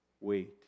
Wait